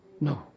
no